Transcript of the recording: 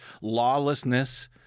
lawlessness